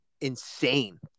insane